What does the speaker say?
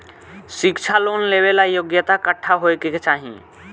शिक्षा लोन लेवेला योग्यता कट्ठा होए के चाहीं?